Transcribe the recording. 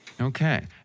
Okay